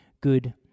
good